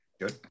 good